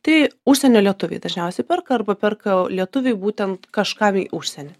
tai užsienio lietuviai dažniausiai perka arba perka lietuviai būtent kažkam į užsienį